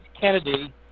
Kennedy